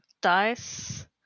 dice